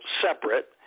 separate